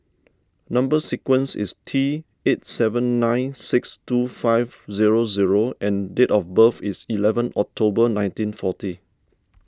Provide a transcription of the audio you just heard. Number Sequence is T eights seven nine six two five zero zero and date of birth is eleven October nineteen forty